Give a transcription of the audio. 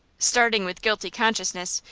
starting with guilty consciousness,